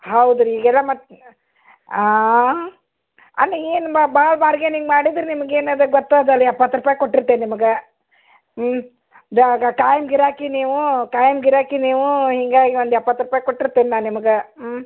ಹೌದುರೀ ಈಗೆಲ್ಲ ಮತ್ತೆ ಅಲ್ಲ ಏನು ಭಾಳ ಬಾರ್ಗೇನಿಂಗ್ ಮಾಡಿದ್ರೆ ನಿಮ್ಗೆ ಏನಿದೆ ಗೊತ್ತಾಗಲ್ಲ ಎಪ್ಪತ್ತು ರೂಪಾಯಿ ಕೊಟ್ಟಿರ್ತೇನೆ ನಿಮಗೆ ಹ್ಞೂ ಜಾಗ ಖಾಯಂ ಗಿರಾಕಿ ನೀವೂ ಖಾಯಂ ಗಿರಾಕಿ ನೀವೂ ಹಿಂಗೆ ಇನ್ನೊಂದು ಎಪ್ಪತ್ತು ರೂಪಾಯಿ ಕೊಟ್ಟಿರ್ತೇನೆ ನಾನು ನಿಮ್ಗೆ ಹ್ಞೂ